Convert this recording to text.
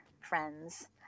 friends